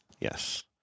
yes